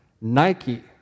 Nike